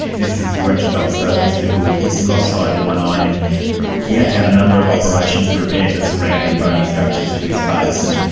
this is corrections officer mr gould, he he lost sight in one eye, and he had to have a number of operations to repair the surrounding bony structures to his face and,